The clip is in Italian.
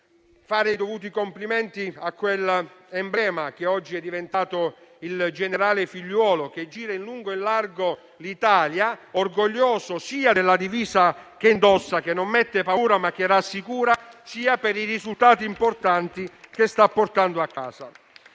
fare i dovuti complimenti a quell'emblema che oggi è diventato il generale Figliuolo, che gira in lungo e in largo l'Italia, orgoglioso sia della divisa che indossa (che non mette paura ma che rassicura), sia per i risultati importanti che sta portando a casa.